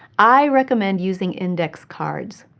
i recommend using index cards.